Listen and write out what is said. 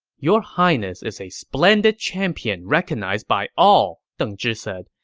your highness is a splendid champion recognized by all, deng zhi said,